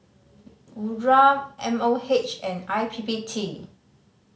URA M O H and I P P T